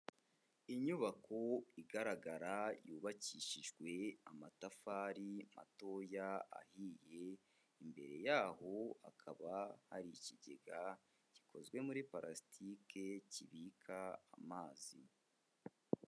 Inyubako igaragara yubakishijwe amatafari matoya ahiye, imbere y'aho hakaba hari ikigega gikozwe muri purasitike, kibika amazi.